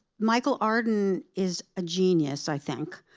michael arden is a genius, i think.